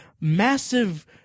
massive